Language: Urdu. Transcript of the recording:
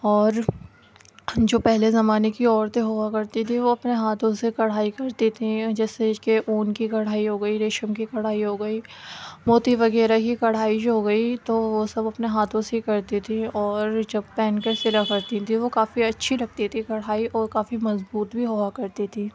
اور جو پہلے زمانے کی عورتیں ہوا کرتی تھیں وہ اپنے ہاتھوں سے کڑھائی کرتی تھیں جیسے کہ اون کی کڑھائی ہو گئی ریشم کی کڑھائی ہو گئی موتی وغیرہ کی کڑھائی جو ہو گئی تو وہ سب اپنے ہاتھوں سے ہی کرتی تھیں اور جب سلا کرتی تھیں وہ کافی اچھی لگتی تھی کڑھائی اور کافی مضبوط بھی ہوا کرتی تھی